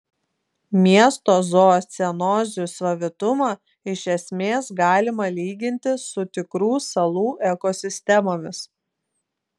miesto zoocenozių savitumą iš esmės galima lyginti su tikrų salų ekosistemomis